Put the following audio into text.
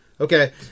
Okay